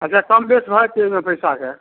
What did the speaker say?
अच्छा कमबेस भऽ जेतै ओहिमे पैसाके